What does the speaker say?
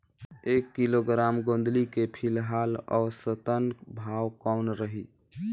एक किलोग्राम गोंदली के फिलहाल औसतन भाव कौन रही?